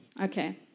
okay